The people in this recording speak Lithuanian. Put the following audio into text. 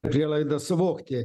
prielaidas vogti